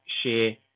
share